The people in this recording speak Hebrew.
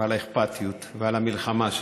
ועל האכפתיות ועל המלחמה שלך,